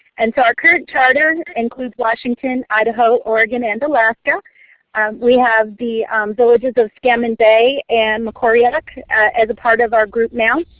and so are our current charter includes washington, idaho, oregon, and alaska. we have the villages of scammon bay and mekoryuk as a part of our group now